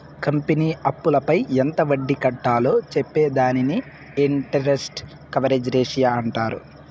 company అప్పులపై ఎంత వడ్డీ కట్టాలో చెప్పే దానిని ఇంటరెస్ట్ కవరేజ్ రేషియో అంటారు